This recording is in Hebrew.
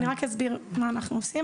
אני רק אסביר אנחנו עושים.